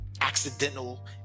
accidental